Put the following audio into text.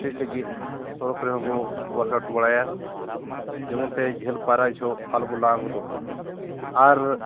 ᱠᱮᱴᱤᱮᱡ ᱞᱟᱹᱜᱤᱫ ᱥᱚᱲᱚᱠ ᱨᱮᱦᱚᱸ ᱵᱚᱱ ᱳᱣᱟᱨᱠ ᱵᱟᱲᱟᱭᱟ ᱡᱮᱢᱚᱱ ᱛᱮ ᱡᱷᱟᱹᱞ ᱯᱟᱭᱨᱟ ᱡᱚᱦᱚᱜ ᱦᱚᱸ ᱟᱞᱚᱵᱚᱱ ᱞᱟᱸᱜᱟ ᱜᱚᱫᱚᱜᱼᱢᱟ ᱟᱨ